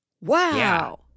Wow